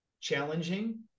challenging